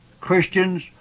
Christians